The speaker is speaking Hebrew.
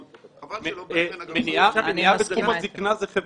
אבל חבל שלא --- תחום הזקנה זה חברתי.